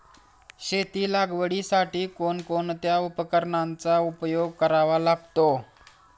शेती लागवडीसाठी कोणकोणत्या उपकरणांचा उपयोग करावा लागतो?